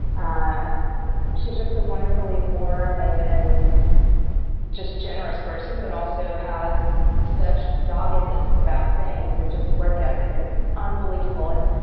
ah she just a wonderfully warm and and just generous person, but also has such doggedness about things. and just work ethics, it's unbelievable. and